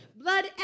Blood